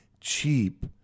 cheap